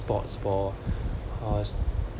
sports for us